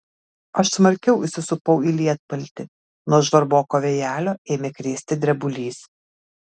aš smarkiau įsisupau į lietpaltį nuo žvarboko vėjelio ėmė krėsti drebulys